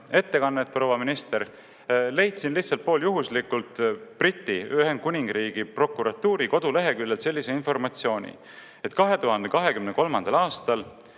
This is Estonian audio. ettekannet, proua minister, leidsin lihtsalt pooljuhuslikult Briti, Ühendkuningriigi prokuratuuri koduleheküljelt sellise informatsiooni, et 2023. aastal